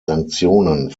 sanktionen